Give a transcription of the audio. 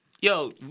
Yo